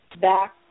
back